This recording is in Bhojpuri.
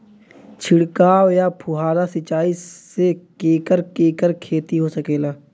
छिड़काव या फुहारा सिंचाई से केकर केकर खेती हो सकेला?